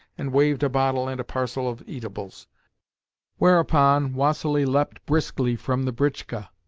and waved a bottle and a parcel of eatables whereupon vassili leapt briskly from the britchka,